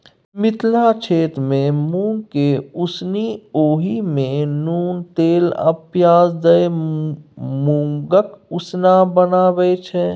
मिथिला क्षेत्रमे मुँगकेँ उसनि ओहि मे नोन तेल आ पियाज दए मुँगक उसना बनाबै छै